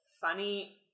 funny